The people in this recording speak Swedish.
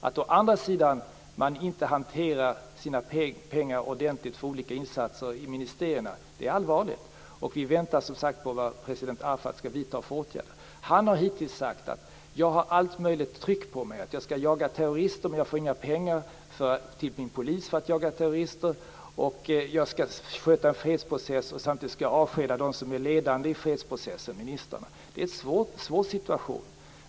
Att man å andra sidan inte hanterar sina pengar för olika insatser ordentligt i ministeriet är allvarligt. Vi väntar, som sagt, på vad president Arafat skall vidta för åtgärder. Han har hittills sagt att han har alla möjliga olika tryck på sig. Han skall jaga terrorister, men får inga pengar till sin polis. Samtidigt som han skall sköta en fredsprocess måste han avskeda dem som är ledande i fredsprocessen, ministrarna. Det är en svår situation.